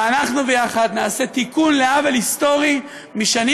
ואנחנו ביחד נעשה תיקון לעוול היסטורי משנים